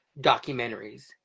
documentaries